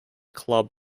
club